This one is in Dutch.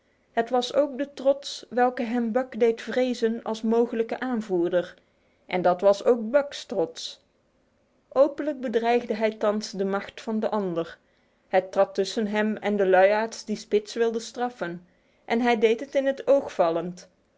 het was ook de trots welke hem buck deed vrezen als mogelijken aanvoerder en dat was ook buck's trots openlijk bedreigde hij thans de macht van den ander hij trad tussen hem en de luiaards die spitz wilde straffen en hij deed het in het oog vallend